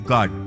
God